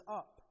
up